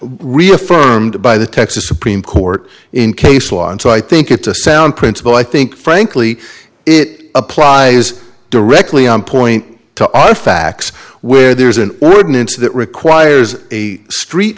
reaffirmed by the texas supreme court in case law and so i think it's a sound principle i think frankly it applies directly on point to our facts where there's an ordinance that requires a street